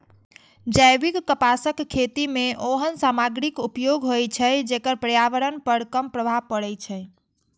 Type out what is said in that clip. जैविक कपासक खेती मे ओहन सामग्रीक उपयोग होइ छै, जेकर पर्यावरण पर कम प्रभाव पड़ै छै